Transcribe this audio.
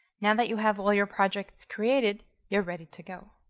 now that you have all your projects created, you're ready to go.